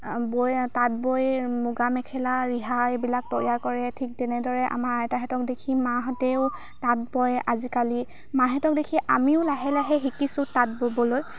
বৈ তাঁত বৈ মুগা মেখেলা ৰিহা এইবিলাক তৈয়াৰ কৰে ঠিক তেনেদৰে আমাৰ আইতাহঁতক দেখি মাহঁতেও তাঁত বয় আজিকালি মাহঁতক দেখি আমিও লাহে লাহে শিকিছো তাঁত ববলৈ